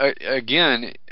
again